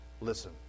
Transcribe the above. Listen